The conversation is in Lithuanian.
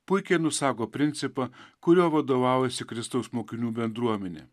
puikiai nusako principą kuriuo vadovavosi kristaus mokinių bendruomenė